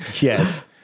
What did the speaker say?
Yes